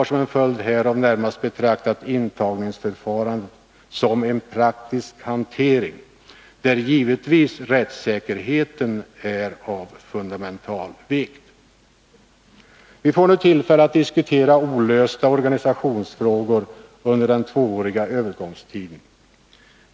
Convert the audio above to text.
Som en följd härav har jag betraktat intagningsförfarandet närmast som en praktisk hantering, där givetvis rättssäkerheten är av fundamental vikt. Vi får nu tillfälle att diskutera olösta organisationsfrågor under den tvååriga övergångstiden.